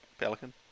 pelican